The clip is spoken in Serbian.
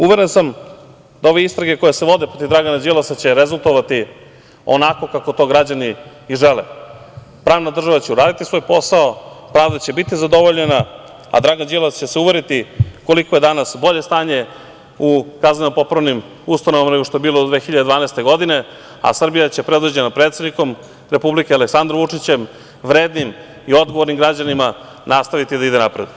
Uveren sam da ove istrage koje se vode protiv Dragana Đilasa će rezultovati onako kako to građani i žele, pravna država će uraditi svoj posao, pravda će biti zadovoljena, a Dragan Đilas će se uveriti koliko je danas bolje stanje u kazneno-popravnim ustanovama, nego što je bilo do 2012. godine, a Srbija će, predvođena predsednikom Republike Aleksandrom Vučićem, vrednim i odgovornim građanima nastaviti da ide napred.